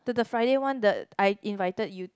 the the Friday one the I invited you to